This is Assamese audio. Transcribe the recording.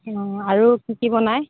অঁ আৰু কি কি বনাই